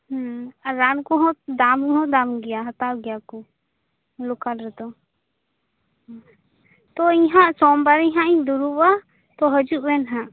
ᱦᱢ ᱟᱨ ᱨᱟᱱ ᱠᱚᱦᱚᱸ ᱫᱟᱢ ᱦᱚᱸ ᱫᱟᱢ ᱜᱮᱭᱟ ᱦᱟᱛᱟᱣ ᱜᱮᱭᱟᱠᱚ ᱞᱚᱠᱟᱞ ᱨᱮᱫᱚ ᱦᱢ ᱛᱚ ᱤᱧᱦᱚᱸ ᱥᱚᱢᱵᱟᱨᱤᱧ ᱦᱟᱸᱜ ᱤᱧ ᱫᱩᱲᱩᱵᱽᱼᱟ ᱛᱚ ᱦᱟᱡᱩᱜᱵᱮᱱ ᱦᱟᱸᱜ